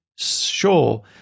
sure